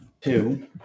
two